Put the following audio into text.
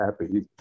happy